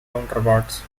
counterparts